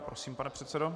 Prosím, pane předsedo.